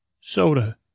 Soda